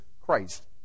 Christ